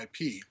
IP